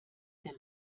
der